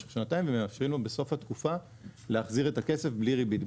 ומאפשרים לו בסוף התקופה להחזיר את הכסף בלי ריבית,